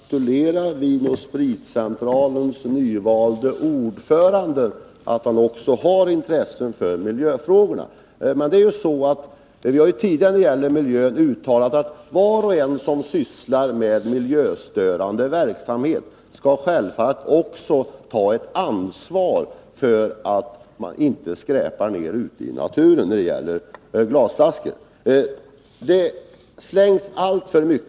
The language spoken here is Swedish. Fru talman! Jag ber att få gratulera Vin & Spritcentralens nyvalde ordförande till att han har intresse också för miljöfrågorna. Beträffande miljöfrågorna har vi tidigare uttalat att var och en som sysslar med miljöstörande verksamhet självfallet också skall ta ett ansvar för att det inte skräpas ner ute i naturen. Detta skall naturligtvis gälla också i fråga om glasflaskor — i det fallet är nedskräpningen alltför stor.